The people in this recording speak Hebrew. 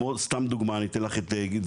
כמו סתם דוגמא אני אתן לך את ויאטנם,